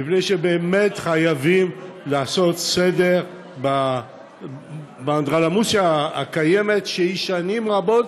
מפני שבאמת חייבים לעשות סדר באנדרלמוסיה הקיימת שנים רבות,